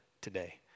today